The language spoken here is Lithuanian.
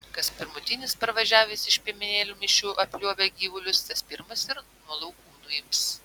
kas pirmutinis parvažiavęs iš piemenėlių mišių apliuobia gyvulius tas pirmas ir nuo laukų nuims